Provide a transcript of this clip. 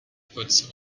puts